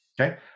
Okay